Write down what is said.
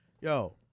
Yo